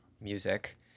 music